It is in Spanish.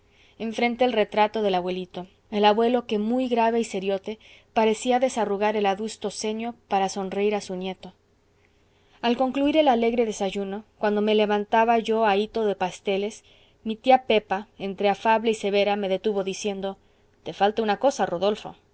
enfrente el retrato del abuelito el abuelo que muy grave y seriote parecía desarrugar el adusto ceño para sonreir a su nieto al concluir el alegre desayuno cuando me levantaba yo ahito de pasteles mi tía pepa entre afable y severa me detuvo diciendo te falta una cosa rodolfo